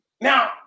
Now